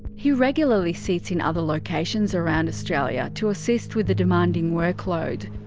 he regularly sits in other locations around australia to assist with the demanding workload.